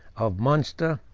of munster,